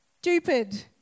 stupid